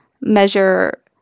measure